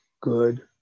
good